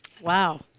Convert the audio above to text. Wow